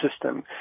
system